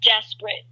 desperate